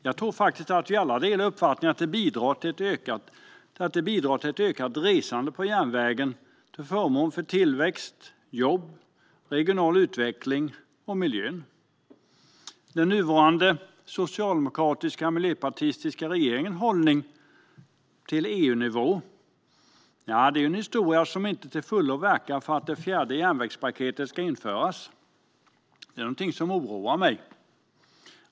Jag tror faktiskt att vi alla delar uppfattningen att det bidrar till ett ökat resande på järnvägen, till förmån för tillväxt, jobb, regional utveckling och miljön. När det gäller den nuvarande socialdemokratiska och miljöpartistiska regeringens hållning till EU-nivån är det en historia av att inte till fullo verka för att det fjärde järnvägspaketet ska införas. Det är någonting som oroar mig.